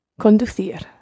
Conducir